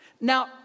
Now